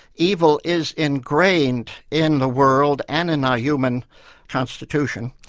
evil is ingrained in the world and in our human constitution,